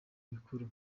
mikuru